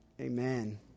Amen